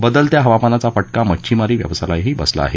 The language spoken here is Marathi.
बदलत्या हवामानाचा फटका मच्छिमारी व्यवसायालाही बसला आहे